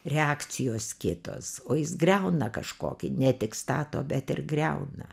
reakcijos kitos o jis griauna kažkokį ne tik stato bet ir griauna